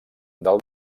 del